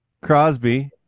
Crosby